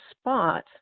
spot